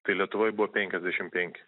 tai lietuvoj buvo penkiasdešim penki